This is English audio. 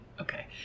okay